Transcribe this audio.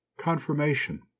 confirmation